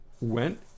went